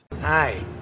Hi